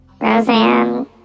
Roseanne